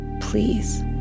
Please